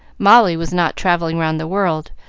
molly was not travelling round the world,